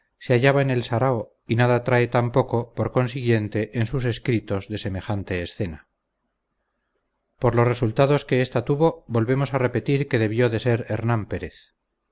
se hallaba en el sarao y nada trae tampoco por consiguiente en sus escritos de semejante escena por los resultados que ésta tuvo volvemos a repetir que debió de ser hernán pérez